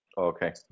Okay